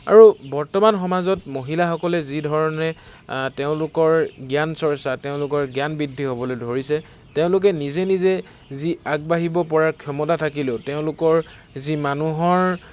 আৰু বৰ্তমান সমাজত মহিলাসকলে যিধৰণে তেওঁলোকৰ জ্ঞান চৰ্চা তেওঁলোকৰ জ্ঞান বৃদ্ধি হ'বলৈ ধৰিছে তেওঁলোকে নিজে নিজে যি আগবাঢ়িব পৰাৰ ক্ষমতা থাকিলেও তেওঁলোকৰ যি মানুহৰ